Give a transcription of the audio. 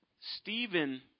Stephen